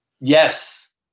Yes